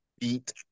beat